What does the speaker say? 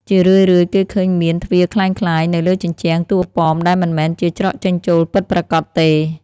ជារឿយៗ គេឃើញមាន ទ្វារក្លែងក្លាយ នៅលើជញ្ជាំងតួប៉មដែលមិនមែនជាច្រកចេញចូលពិតប្រាកដទេ។